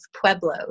Pueblos